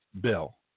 bill